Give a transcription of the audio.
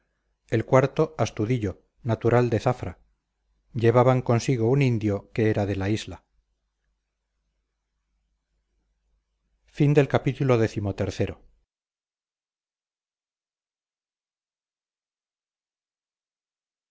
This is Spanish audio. el cuarto astudillo natural de zafra llevaban consigo un indio que era de la isla